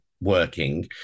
working